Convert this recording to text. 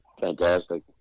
Fantastic